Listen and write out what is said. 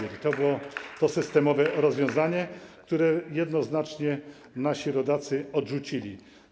I to było to systemowe rozwiązanie, które jednoznacznie nasi rodacy odrzucili.